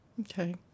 Okay